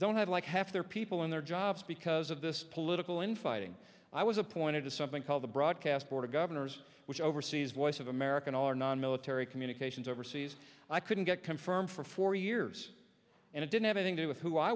don't have like half their people in their jobs because of this political infighting i was appointed to something called the broadcast board of governors which oversees voice of american or non military communications overseas i couldn't get confirmed for four years and it didn't have anything to do with who i